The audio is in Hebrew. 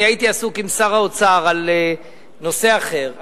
אני הייתי עסוק עם שר האוצר בנושא אחר,